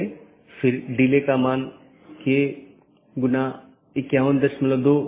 यह पूरे मेश की आवश्यकता को हटा देता है और प्रबंधन क्षमता को कम कर देता है